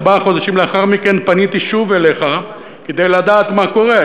ארבעה חודשים לאחר מכן פניתי אליך שוב כדי לדעת מה קורה.